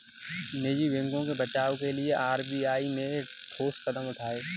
निजी बैंकों के बचाव के लिए आर.बी.आई ने ठोस कदम उठाए